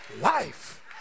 life